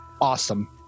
awesome